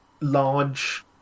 large